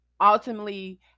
ultimately